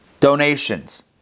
Donations